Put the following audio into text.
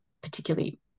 particularly